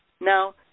Now